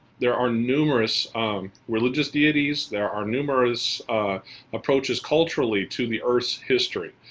there are numerous religious deities, there are numerous approaches, culturally, to the earth's history.